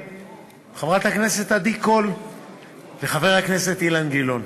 וחברת הכנסת עדי קול וחבר הכנסת אילן גילאון,